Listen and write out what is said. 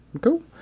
Cool